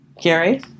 Gary